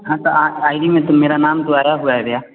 हाँ तो I I D में तो मेरा नाम दुआरा हुआय गया